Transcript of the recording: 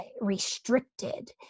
restricted